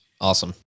Awesome